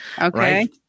Okay